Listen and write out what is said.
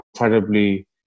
incredibly